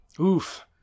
oof